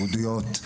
יהודיות,